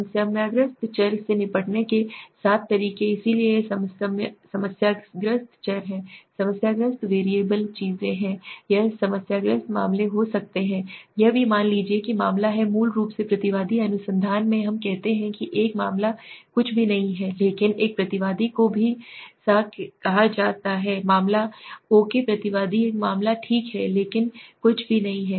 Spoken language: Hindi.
समस्याग्रस्त चर से निपटने के 7 तरीके इसलिए ये समस्याग्रस्त चर हैं समस्याग्रस्त वैरिएबल चीजें हैं यह समस्याग्रस्त मामले हो सकते हैं यह भी मान लीजिए कि मामला है मूल रूप से प्रतिवादी अनुसंधान में हम कहते हैं कि एक मामला कुछ भी नहीं है लेकिन एक प्रतिवादी को भी सा कहा जाता है मामला ओकी प्रतिवादी एक मामला ठीक है लेकिन कुछ भी नहीं है